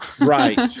Right